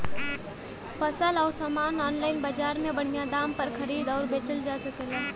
फसल अउर सामान आनलाइन बजार में बढ़िया दाम पर खरीद अउर बेचल जा सकेला